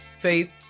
faith